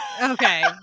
Okay